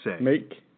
make